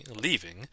leaving